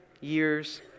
years